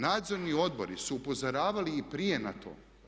Nadzorni odbori su upozoravali i prije na to.